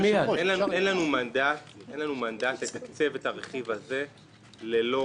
אין לנו מנדט לתקצב את הרכיב הזה ללא